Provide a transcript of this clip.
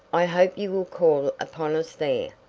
i hope you will call upon us there.